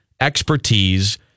expertise